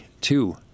Two